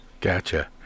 Gotcha